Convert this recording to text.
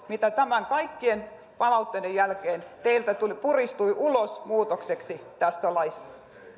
mitä kaikkien palautteiden jälkeen teiltä puristui ulos muutokseksi tästä laista